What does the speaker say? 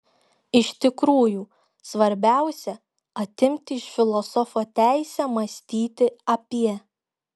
iš tikrųjų svarbiausia atimti iš filosofo teisę mąstyti apie